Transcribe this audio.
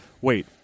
wait